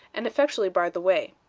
and effectually barred the way.